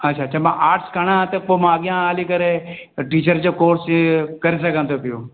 अच्छा अच्छा मां आर्टस खणा त पोइ मां अॻियां हली करे टीचर जो कोर्स हीउ करे सघां थो पियो